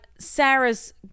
Sarah's